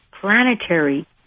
planetary